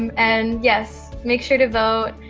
and yes make sure to vote.